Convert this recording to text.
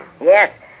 Yes